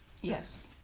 Yes